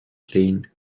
clean